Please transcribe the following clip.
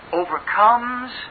overcomes